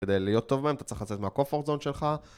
כדי להיות טוב בהם, אתה צריך לצאת מהcomfort zone שלך